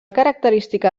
característica